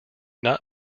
not